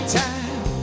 time